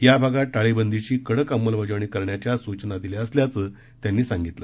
या भागात टाळेबंदीची कडक अंमलबजावणी करण्याच्या सूचना दिल्या असल्याचं त्यांनी सांगितलं